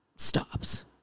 Stops